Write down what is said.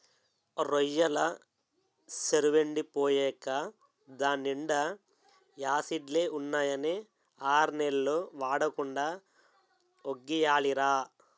రొయ్యెల సెరువెండి పోయేకా దాన్నీండా యాసిడ్లే ఉన్నాయని ఆర్నెల్లు వాడకుండా వొగ్గియాలిరా